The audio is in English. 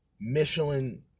Michelin